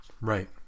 Right